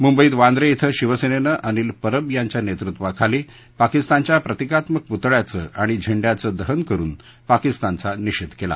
मुंबईत वांद्रे क्षे शिवसेनेनं अनिल परब यांच्या नेतृत्वाखाली पाकिस्तानच्या प्रतिकात्मक पुतळ्याचं आणि झेंड्याचं दहन करून पाकिस्तानचा निषेध केला